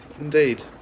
Indeed